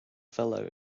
fellow